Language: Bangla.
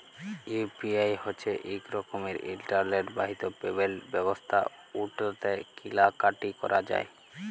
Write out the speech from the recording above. ইউ.পি.আই হছে ইক রকমের ইলটারলেট বাহিত পেমেল্ট ব্যবস্থা উটতে কিলা কাটি ক্যরা যায়